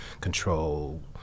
control